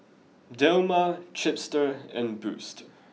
Dilmah Chipster and Boost